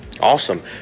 Awesome